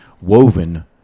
woven